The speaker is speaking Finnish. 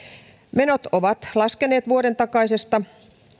menot ovat laskeneet vuoden takaisesta